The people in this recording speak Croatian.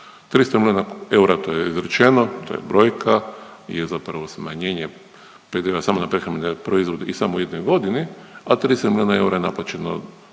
300 milijuna eura, to je izrečeno, to je brojka, je zapravo smanjenje PDV-a samo na prehrambene proizvode i samo u jednoj godini, a 30 milijuna eura je naplaćeno